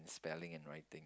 spelling and writing